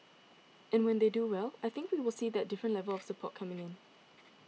and when they do well I think we will see that different level of support coming in